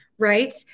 right